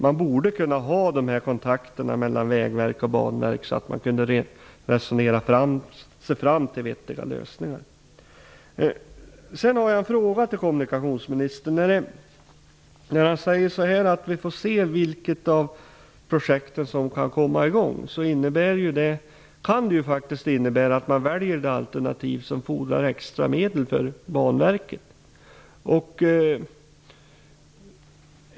Det borde vara sådana kontakter mellan Vägverket och Banverket att de kunde resonera sig fram till vettiga lösningar. Han säger att vi får se vilket av projekten som kan komma i gång. Det kan innebära att man väljer ett alternativ som fordrar extra medel för Banverket.